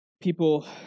people